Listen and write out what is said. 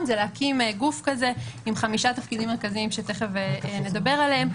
זה להקים גוף כזה עם חמישה תפקידים מרכזיים שתיכף נדבר עליהם,